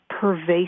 pervasive